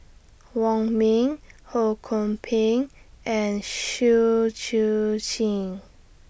Wong Ming Ho Kwon Ping and Kwek Siew Jin